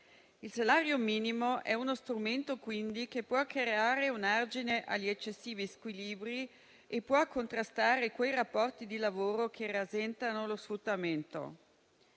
Il salario minimo è uno strumento che quindi può creare un argine agli eccessivi squilibri e può contrastare quei rapporti di lavoro che rasentano lo sfruttamento.